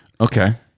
Okay